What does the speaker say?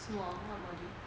什么 what module